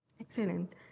Excellent